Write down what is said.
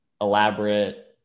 elaborate